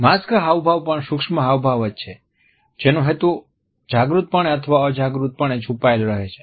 mask હાવભાવ પણ સૂક્ષ્મ હાવભાવ જ છે જેનો હેતુ જાગૃતપણે અથવા અર્ધજાગૃતપણે છુપાયેલા રહે છે